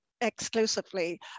exclusively